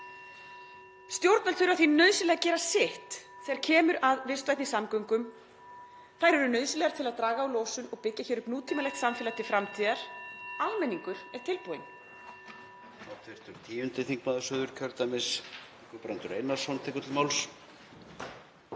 Stjórnvöld þurfa því nauðsynlega að gera sitt þegar kemur að vistvænum samgöngum. (Forseti hringir.) Þær eru nauðsynlegar til að draga úr losun og byggja upp nútímalegt samfélag til framtíðar. Almenningur er tilbúinn.